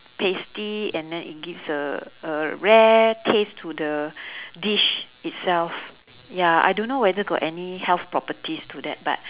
pasty and then it gives a a rare taste to the dish itself ya I don't know whether got any health properties to that but